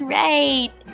right